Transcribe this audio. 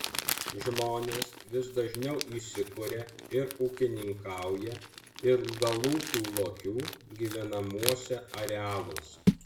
žmonės vis dažniau įsikuria ir ūkininkauja ilgalūpių lokių gyvenamuose arealuose